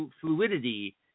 fluidity